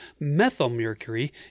methylmercury